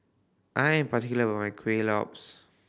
I am particular about my Kueh Lopes